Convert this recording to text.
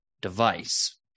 device